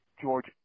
George